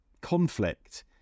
conflict